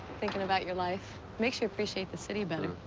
thinking about your life. makes you appreciate the city better.